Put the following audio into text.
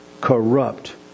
corrupt